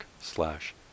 slash